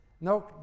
No